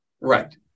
Right